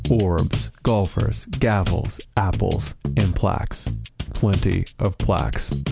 orbs, golfers, gavels, apples, and plaques plenty of plaques.